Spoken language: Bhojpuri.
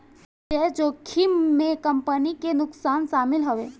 वित्तीय जोखिम में कंपनी के नुकसान शामिल हवे